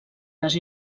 les